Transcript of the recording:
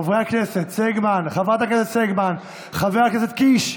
חברת הכנסת סגמן, חבר הכנסת קיש,